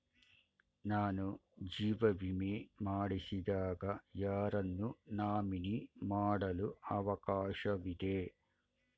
ನಾನು ಜೀವ ವಿಮೆ ಮಾಡಿಸಿದಾಗ ಯಾರನ್ನು ನಾಮಿನಿ ಮಾಡಲು ಅವಕಾಶವಿದೆ?